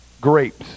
grapes